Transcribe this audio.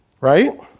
Right